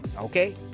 Okay